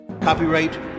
Copyright